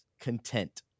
content